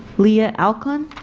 leah alcon,